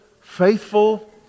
faithful